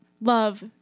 love